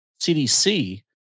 CDC